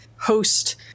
host